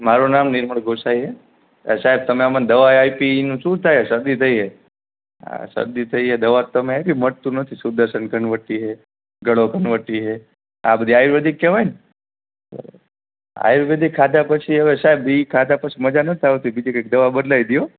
મારું નામ નિર્મલ ગોસાઇ છે સાહેબ તમે મને દવા આપી એનું શું સાહેબ શરદી થઇ છે આ શરદી થઈ દવા તો તમે આપી પણ મટતું નથી સુદર્શન ઘનવટી એ ગળો ઘનવટી એ આ બધી આયુર્વેદિક કહેવાય ને આર્યુર્વેદિક ખાધા પછી હવે સાહેબ એ ખાધા પછી મજા નથી આવતી બીજી કંઈક દવા બદલાવી દો